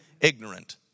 ignorant